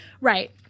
right